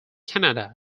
canada